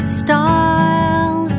style